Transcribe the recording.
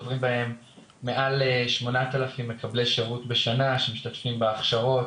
עוברים בהן מעל 8,000 מקבלי שירות בשנה שמשתתפים בהכשרה,